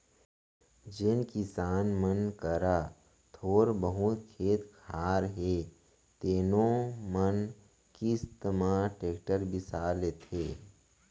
जेन किसान मन करा थोर बहुत खेत खार हे तेनो मन किस्ती म टेक्टर बिसा लेथें